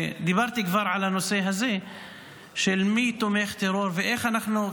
דיברתי כבר על הנושא הזה של מי תומך טרור ואיך אנחנו,